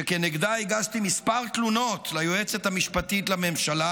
שכנגדה הגשתי מספר תלונות ליועצת המשפטית לממשלה,